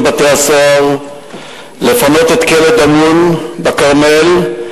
בתי-הסוהר לפנות את כלא "דמון" בכרמל,